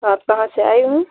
आप कहाँ से आए हैं